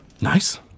Nice